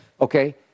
Okay